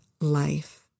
life